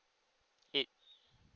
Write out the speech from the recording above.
eight